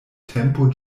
tempo